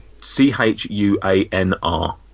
c-h-u-a-n-r